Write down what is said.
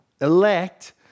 elect